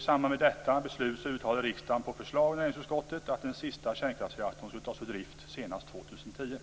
I samband med detta beslut uttalade riksdagen på förslag i näringsutskottet att den sista kärnkraftsreaktorn skulle tas ur drift senast 2010.